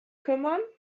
kümmern